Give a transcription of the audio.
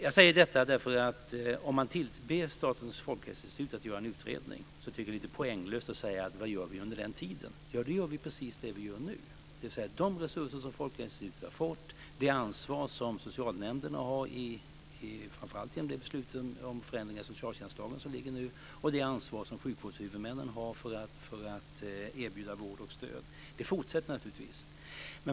Jag säger detta för att om man ber Statens folkhälsoinstitut att göra en utredning tycker jag att det är lite poänglöst att fråga: Vad gör vi under tiden? Vi gör precis det som vi gör nu. De resurser som Folkhälsoinstitutet har fått, det ansvar som socialnämnderna har, framför allt genom de beslut om förändringar i socialtjänstlagen som föreligger nu, och det ansvar som sjukvårdshuvudmännen har för att erbjuda vård och stöd fortsätter naturligtvis.